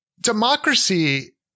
democracy